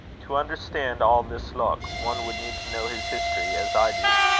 to understand all this look, one would need to know his history as i do.